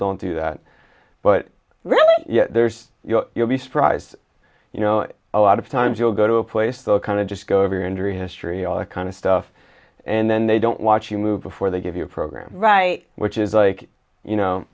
don't do that but yet there's you know you'll be surprised you know a lot of times you'll go to a place the kind of just go over your injury history all that kind of stuff and then they don't watch you move before they give you a program right which is like you know